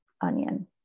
onion